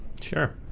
Sure